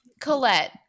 Colette